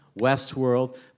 Westworld